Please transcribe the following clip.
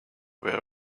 were